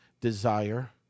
desire